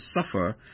suffer